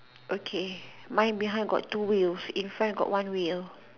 okay mine behind got two wheels in front got one wheel